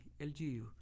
LGU